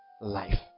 life